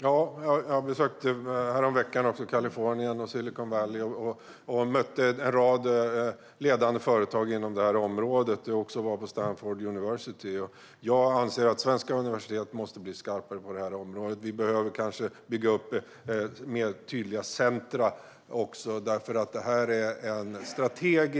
Fru talman! Ja, jag besökte Kalifornien och Silicon Valley häromveckan och mötte en rad ledande företag inom detta område. Jag var också på Stanford University. Jag anser att svenska universitet måste bli skarpare på detta område. Vi behöver kanske bygga upp tydligare centrum, för detta är